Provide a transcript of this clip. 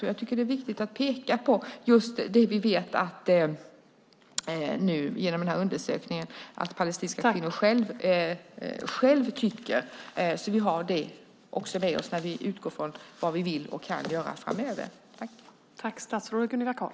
Jag tycker att det är viktigt att peka på det som vi genom undersökningen vet att palestinska kvinnor själva tycker så att vi har det med oss när vi utgår från vad vi vill och kan göra framöver.